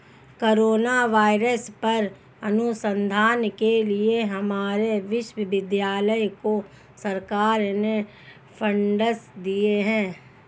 corona virus पर अनुसंधान के लिए हमारे विश्वविद्यालय को सरकार ने फंडस दिए हैं